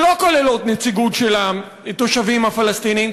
שלא כוללות נציגות של התושבים הפלסטינים,